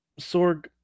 Sorg